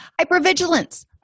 Hypervigilance